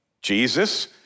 Jesus